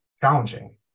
challenging